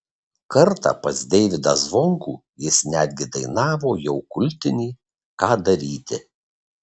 kartą pas deivydą zvonkų jis netgi dainavo jau kultinį ką daryti